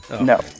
No